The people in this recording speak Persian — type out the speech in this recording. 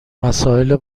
مسائل